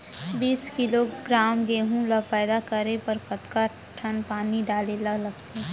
बीस किलोग्राम गेहूँ ल पैदा करे बर कतका टन पानी डाले ल लगथे?